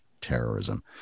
terrorism